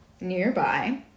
nearby